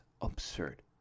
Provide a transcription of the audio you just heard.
absurd